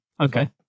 Okay